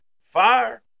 Fire